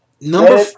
number